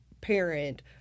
parent